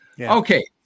Okay